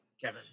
Kevin